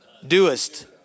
Doest